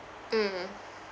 mm